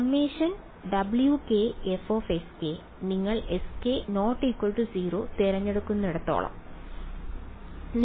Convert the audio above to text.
∑wkf നിങ്ങൾ xk 0 തിരഞ്ഞെടുക്കുന്നിടത്തോളം